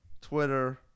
Twitter